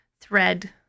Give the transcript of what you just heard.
thread